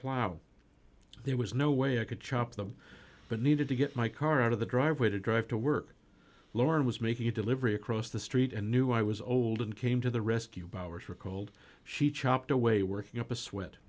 plowed there was no way i could chop them but needed to get my car out of the driveway to drive to work lauren was making a delivery across the street and knew i was old and came to the rescue bowers recalled she chopped away working up a sweat